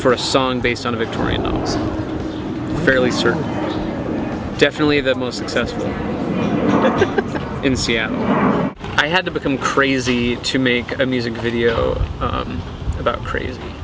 for a song based on a victorian fairly certain definitely the most successful in c m i had to become crazy to make a music video about cr